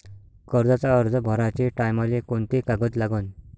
कर्जाचा अर्ज भराचे टायमाले कोंते कागद लागन?